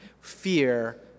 Fear